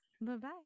Bye-bye